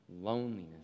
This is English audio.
loneliness